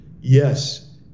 Yes